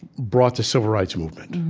brought the civil rights movement.